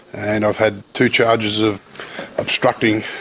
and i've had two charges of obstructing,